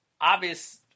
obvious